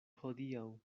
hodiaŭ